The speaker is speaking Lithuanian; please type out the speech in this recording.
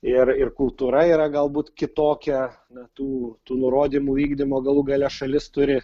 ir ir kultūra yra galbūt kitokia na tų tų nurodymų vykdymo galų gale šalis turi